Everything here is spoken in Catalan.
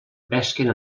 pesquen